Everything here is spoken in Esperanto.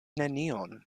nenion